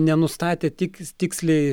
nenustatę tiks tiksliai